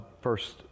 first